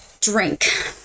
drink